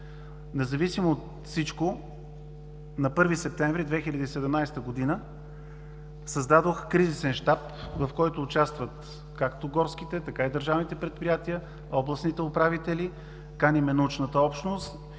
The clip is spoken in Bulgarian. Независимо от всичко на 1 септември 2017 г. създадох Кризисен щаб, в който участват както горските, така и държавните предприятия, областните управители. Каним научната общост,